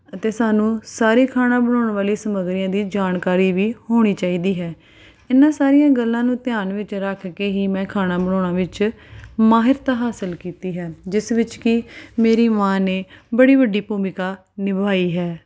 ਅਤੇ ਸਾਨੂੰ ਸਾਰੇ ਖਾਣਾ ਬਣਾਉਣ ਵਾਲੀ ਸਮੱਗਰੀਆਂ ਦੀ ਜਾਣਕਾਰੀ ਵੀ ਹੋਣੀ ਚਾਹੀਦੀ ਹੈ ਇਹਨਾਂ ਸਾਰੀਆਂ ਗੱਲਾਂ ਨੂੰ ਧਿਆਨ ਵਿੱਚ ਰੱਖ ਕੇ ਹੀ ਮੈਂ ਖਾਣਾ ਬਣਾਉਣ ਵਿੱਚ ਮਾਹਿਰਤਾ ਹਾਸਿਲ ਕੀਤੀ ਹੈ ਜਿਸ ਵਿੱਚ ਕਿ ਮੇਰੀ ਮਾਂ ਨੇ ਬੜੀ ਵੱਡੀ ਭੂਮਿਕਾ ਨਿਭਾਈ ਹੈ